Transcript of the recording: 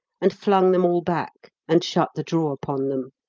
and flung them all back and shut the drawer upon them.